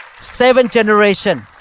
Seven-generation